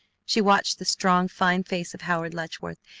she watched the strong, fine face of howard letchworth,